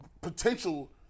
potential